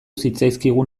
zitzaizkigun